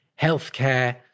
healthcare